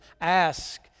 Ask